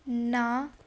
ਨਾ